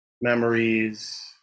memories